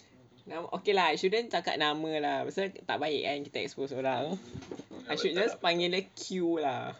nama okay lah I shouldn't cakap nama lah pasal tak baik kan kita expose orang I should just panggil dia Q lah